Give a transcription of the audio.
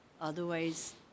Otherwise